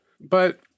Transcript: but-